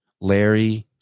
Larry